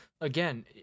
again